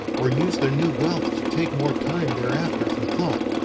or use their new wealth to take more time thereafter for thought,